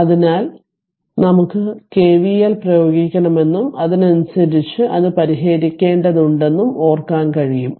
അതിനാൽ നമുക്ക് കെവിഎൽ പ്രയോഗിക്കണമെന്നും അതിനനുസരിച്ച് അത് പരിഹരിക്കേണ്ടതുണ്ടെന്നും ഓർക്കാൻ കഴിയും